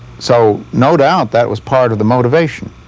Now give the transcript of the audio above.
so no doubt that was part of the motivation.